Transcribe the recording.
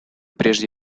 прежде